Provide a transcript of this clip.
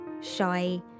shy